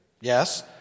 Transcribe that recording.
yes